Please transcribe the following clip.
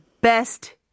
best